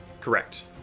Correct